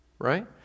right